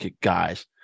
guys